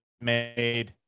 made